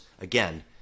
again